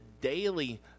daily